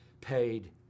paid